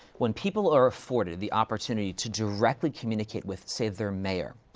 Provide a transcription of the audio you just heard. when people are afforded the opportunity to directly communicate with, say, their mayor,